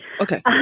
Okay